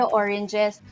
oranges